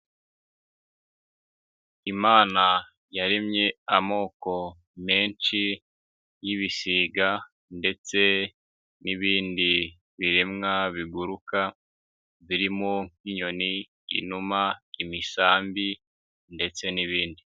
Imana yaremye amoko menshi y'ibisiga ndetse n'ibindi biremwa biguruka, birimo nk'inyon, inuma, imisambi ndetse n'ibindi.